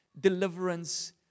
deliverance